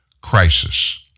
crisis